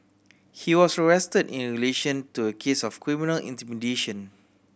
he was arrested in relation to a case of criminal intimidation